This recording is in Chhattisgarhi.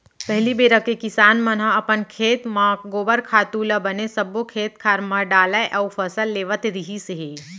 पहिली बेरा के किसान मन ह अपन खेत म गोबर खातू ल बने सब्बो खेत खार म डालय अउ फसल लेवत रिहिस हे